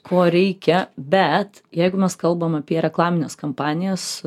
ko reikia bet jeigu mes kalbam apie reklamines kampanijas